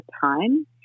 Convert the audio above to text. time